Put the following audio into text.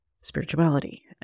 spirituality